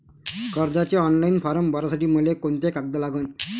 कर्जाचे ऑनलाईन फारम भरासाठी मले कोंते कागद लागन?